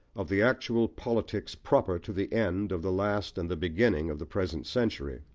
of the actual politics proper to the end of the last and the beginning of the present century,